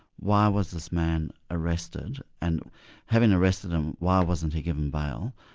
why was this man arrested and having arrested him, why wasn't he given bail?